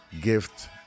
gift